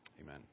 amen